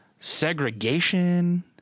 segregation